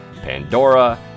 Pandora